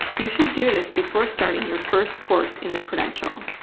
you should do this before starting your first course in the credential.